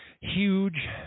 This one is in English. huge